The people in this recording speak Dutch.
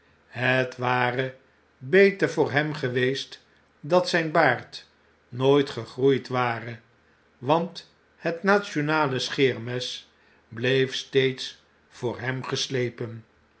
het ware beter voor hem geweest dat zjjn baard nooit gegroeid ware want het national scheermes bleef steeds voor hem geslepen